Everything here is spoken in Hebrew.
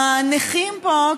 הנכים פה,